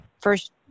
first